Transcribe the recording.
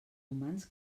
humans